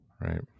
Right